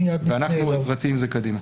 ואנחנו רצים עם זה קדימה.